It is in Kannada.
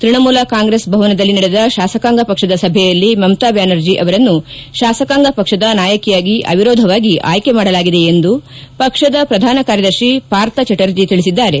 ತ್ವಣಮೂಲ ಕಾಂಗ್ರೆಸ್ ಭವನದಲ್ಲಿ ನಡೆದ ಶಾಸಕಾಂಗ ಪಕ್ಷದ ಸಭೆಯಲ್ಲಿ ಮಮತಾ ಬ್ದಾನರ್ಜಿ ಅವರನ್ನು ಶಾಸಕಾಂಗ ಪಕ್ಷದ ನಾಯಕಿಯಾಗಿ ಅವಿರೋಧವಾಗಿ ಆಯ್ಲೆ ಮಾಡಲಾಗಿದೆ ಎಂದು ಪಕ್ಷದ ಪ್ರಧಾನ ಕಾರ್ಯದರ್ಶಿ ಪಾರ್ಥಚಟರ್ಜಿ ತಿಳಿಸಿದ್ದಾರೆ